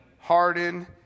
hardened